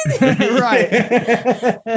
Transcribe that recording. Right